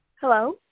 Hello